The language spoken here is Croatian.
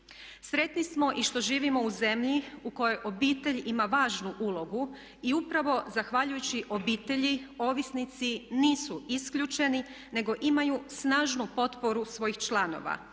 Sretni smo i što živimo u zemlji u kojoj obitelj ima važnu ulogu i upravo zahvaljujući obitelji ovisnici nisu isključeni, nego imaju snažnu potporu svojih članova.